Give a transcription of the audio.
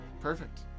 perfect